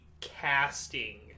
casting